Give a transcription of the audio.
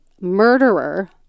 murderer